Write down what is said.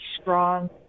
strong